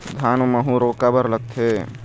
धान म माहू रोग काबर लगथे?